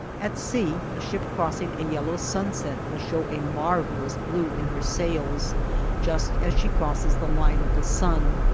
at sea a ship crossing a yellow sunset will show a mar vellous blue in her sails just as she crosses the line of the sun,